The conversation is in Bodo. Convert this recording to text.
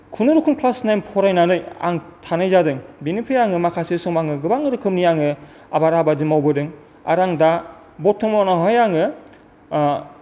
खुनुरखम क्लास नाइन फरायनानै आं थानाय जादों बेनिफ्राय आङो माखासे सम आं गोबां रोखोमनि आङो आबाद आरि मावबोदों आरो आं दा बर्तमानावहाय आङो